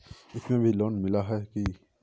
इसमें भी लोन मिला है की